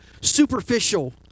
superficial